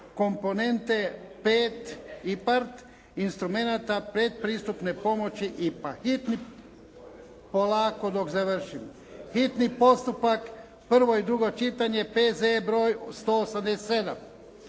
komponente V. (IPARD) Instrumenta predpristupne pomoći (IPA), hitni postupak, prvo i drugo čitanje, P.Z.E. br. 187.